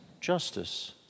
justice